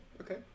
Okay